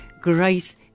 grace